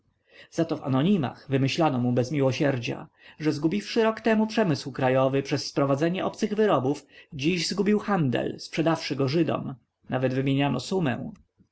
zato w anonimach wymyślano mu bez miłosierdzia że zgubiwszy rok temu przemysł krajowy przez sprowadzanie obcych wyrobów dziś zgubił handel sprzedawszy go żydom nawet wymieniano sumę